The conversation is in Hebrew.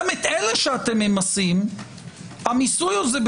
גם את אלה שאתם ממסים המיסוי הזה הוא